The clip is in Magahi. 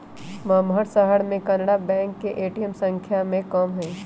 महम्मर शहर में कनारा बैंक के ए.टी.एम संख्या में कम हई